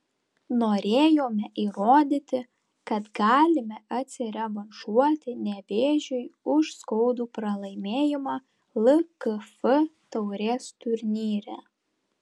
norėjome įrodyti kad galime atsirevanšuoti nevėžiui už skaudų pralaimėjimą lkf taurės turnyre